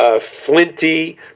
Flinty